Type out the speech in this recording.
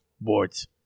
Boards